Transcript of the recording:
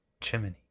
Chimney